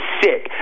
sick